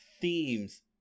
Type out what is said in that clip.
themes